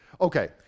Okay